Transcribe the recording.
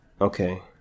Okay